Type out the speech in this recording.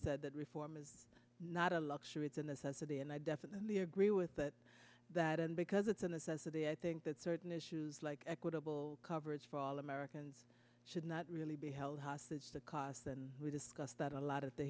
is that reform is not a luxury it's in the sense of the and i definitely agree with that that and because it's a necessity i think that certain issues like equitable coverage for all americans should not really be held hostage the costs and we discussed that a lot of the